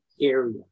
area